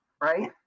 right